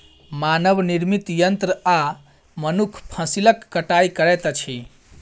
मानव निर्मित यंत्र आ मनुख फसिलक कटाई करैत अछि